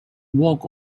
walk